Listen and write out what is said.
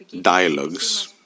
dialogues